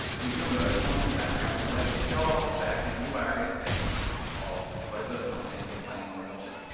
give you emoticons and backgrounds and it lets you show off the fact that you are a fan of whatever content you're playing or watching.